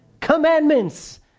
Commandments